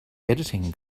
editing